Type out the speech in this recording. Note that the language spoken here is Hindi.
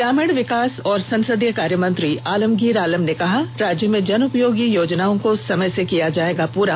ग्रामीण विकास एवं संसदीय कार्य मंत्री आलमगीर आलम ने कहा राज्य में जन उपयोगी योजनाओं को समय से किया जाएगा पूरा